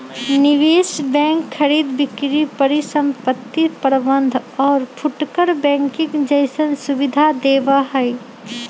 निवेश बैंक खरीद बिक्री परिसंपत्ति प्रबंध और फुटकर बैंकिंग जैसन सुविधा देवा हई